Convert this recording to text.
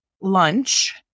lunch